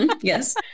yes